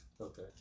Okay